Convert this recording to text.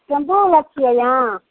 टेम्पूवला छिए अहाँ